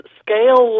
scale